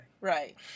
Right